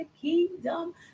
Kingdom